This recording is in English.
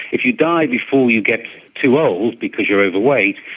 if you die before you get too old because you're overweight,